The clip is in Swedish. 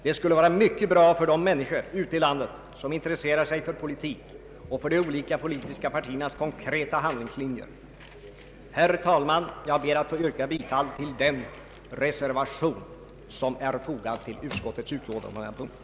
Det skulle vara mycket bra för de människor ute i landet som intresserar sig för politik och för de olika politiska partiernas konkreta handlingslinjer. Polisutbildningens förläggning är inte tillräckligt testmaterial. Herr talman! Jag ber att få yrka bifall till den reservation som är fogad till utskottets utlåtande på denna punkt.